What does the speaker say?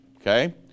Okay